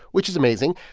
which is amazing.